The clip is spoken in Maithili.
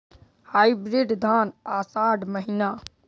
हाइब्रिड धान आषाढ़ महीना?